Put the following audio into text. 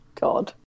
God